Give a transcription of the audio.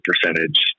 percentage